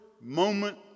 moment